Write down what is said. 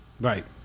Right